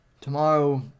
tomorrow